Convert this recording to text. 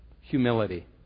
Humility